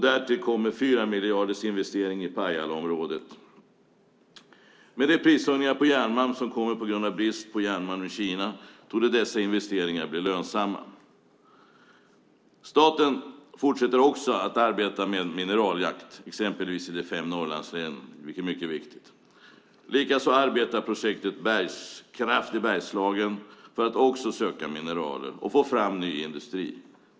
Därtill kommer en fyramiljardersinvestering i Pajalaområdet. Med de prishöjningar på järnmalm som kommer på grund av brist på järnmalm i Kina torde dessa investeringar bli lönsamma. Staten fortsätter också att arbeta med mineraljakt, exempelvis i de fem Norrlandslänen, vilket är mycket viktigt. Likaså arbetar projektet Bergskraft i Bergslagen för att söka mineraler och få fram ny industri.